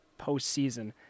postseason